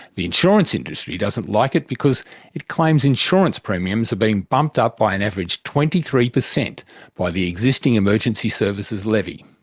the insurance industry doesn't like it because it claims insurance premiums are being bumped up by an average twenty three percent by the existing emergency services levy.